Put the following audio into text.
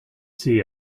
see